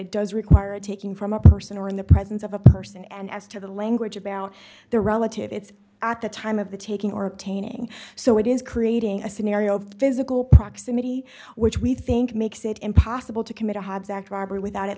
it does require taking from a person or in the presence of a person and as to the language about their relative it's at the time of the taking or obtaining so it is creating a scenario of physical proximity which we think makes it impossible to commit a hobbs act robbery without at